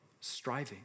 striving